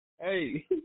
Hey